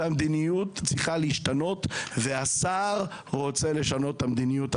המדיניות צריכה להשתנות והשר רוצה לשנות את המדיניות.